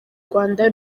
rwanda